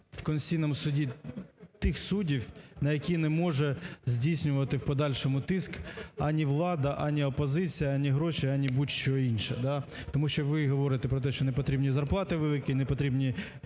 в Конституційному Суді тих суддів, на яких не може здійснювати в подальшому тиск ані влада, ані опозиція, ані гроші, ані будь-що інше? Тому що ви говорите, що не потрібні зарплати великі, не потрібні